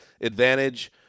advantage